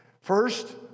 First